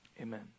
Amen